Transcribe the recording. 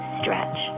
stretch